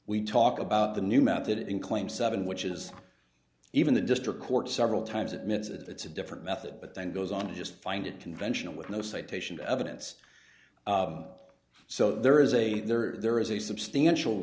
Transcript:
we talk about the new method in claim seven which is even the district court several times admits that it's a different method but then goes on to just find it conventional with no citation evidence so there is a there there is a substantial